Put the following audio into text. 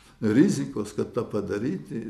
rizikos kad tą padaryti